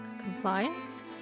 Compliance